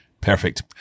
Perfect